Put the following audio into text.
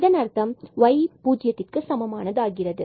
இதன் அர்த்தம் y பூஜ்ஜியத்திற்க்கு சமம் ஆகும்